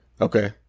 Okay